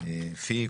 הזה.